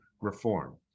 reform